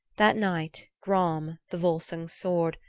that night gram, the volsungs' sword,